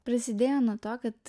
prasidėjo nuo to kad